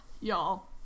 y'all